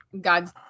God